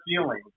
feeling